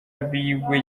biwe